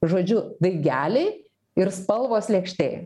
žodžiu daigeliai ir spalvos lėkštėj